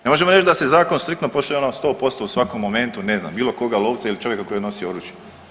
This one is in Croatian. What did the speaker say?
Ne možemo reći da se zakon striktno poštuje ono sto posto u svakom momentu, ne znam bilo koga lovca ili čovjeka koji nosi oružje.